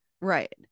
right